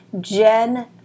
Jen